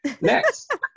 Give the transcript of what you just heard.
Next